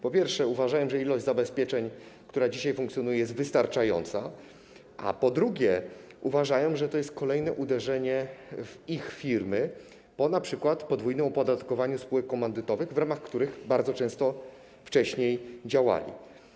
Po pierwsze, uważają, że ilość zabezpieczeń, które dzisiaj funkcjonują, jest wystarczająca, a po drugie, uważają, że to jest kolejne uderzenie w ich firmy po np. podwójnym opodatkowaniu spółek komandytowych, w ramach których wcześniej bardzo często działali.